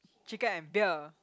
chicken and beer